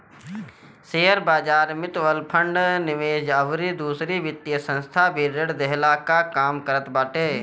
शेयरबाजार, mutual fund, निवेश अउरी दूसर वित्तीय संस्था भी ऋण देहला कअ काम करत बाटे